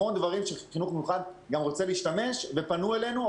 המון דברים שחינוך מיוחד רוצה להשתמש בהם ופנו אלינו.